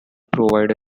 provide